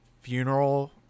funeral